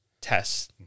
tests